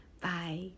Bye